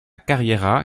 carriera